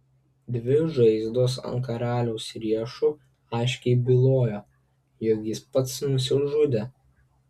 dvi žaizdos ant karaliaus riešų aiškiai bylojo jog jis pats nusižudė